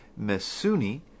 Mesuni